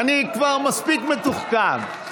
אני כבר מספיק מתוחכם.